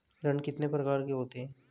ऋण कितने प्रकार के होते हैं?